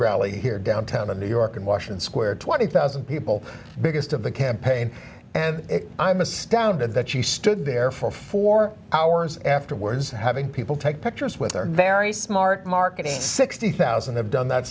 rally here downtown in new york and washington square twenty thousand people biggest of the campaign and i'm astounded that she stood there for four hours afterwards having people take pictures with her very smart marketing sixty thousand done that